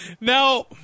Now